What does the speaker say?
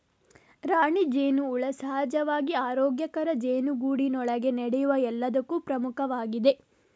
ರಾಣಿ ಜೇನುಹುಳ ಸಹಜವಾಗಿ ಆರೋಗ್ಯಕರ ಜೇನುಗೂಡಿನೊಳಗೆ ನಡೆಯುವ ಎಲ್ಲದಕ್ಕೂ ಪ್ರಮುಖವಾಗಿದೆ